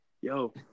Yo